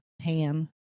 tan